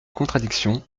contradictions